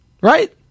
Right